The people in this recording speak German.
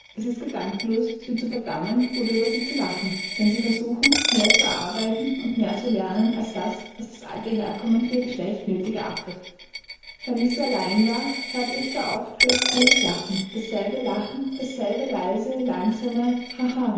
es ist gedankenlos sie zu verdammen oder über sie zu lachen wenn sie versuchen mehr zu arbeiten und mehr zu lernen als das was das alte herkommen für ihr geschlecht nötig erachtet wenn ich so allein war hörte ich gar oft grace pooles lachen dasselbe lachen dasselbe leise langsame